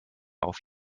auf